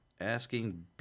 Asking